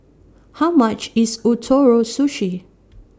How much IS Ootoro Sushi